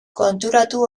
konturatu